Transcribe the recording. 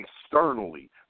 externally